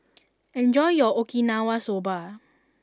enjoy your Okinawa Soba